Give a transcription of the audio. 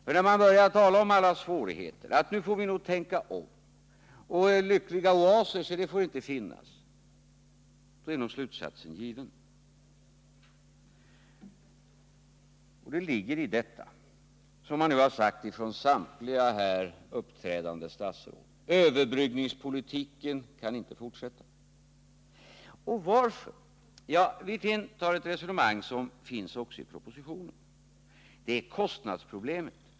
För när man börjar tala om alla svårigheter, säga att nu får vi nog tänka om, framhålla att lyckliga oaser inte får finnas — då är nog slutsatsen given. Det ligger i detta som samtliga här uppträdande statsråd har sagt: Överbryggningspolitiken kan inte fortsätta. Och varför? Rolf Wirtén för ett resonemang som förs också i propositionen. Man hänvisar till kostnadsproblemet.